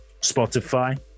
Spotify